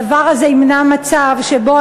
הדבר הזה ימנע מצב שבו